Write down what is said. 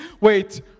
Wait